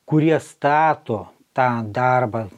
kurie stato tą darbą